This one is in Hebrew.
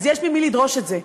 אז יש ממי לדרוש את זה.